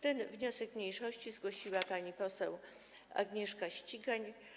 Ten wniosek mniejszości zgłosiła pani poseł Agnieszka Ścigaj.